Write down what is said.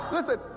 Listen